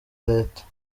leta